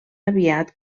aviat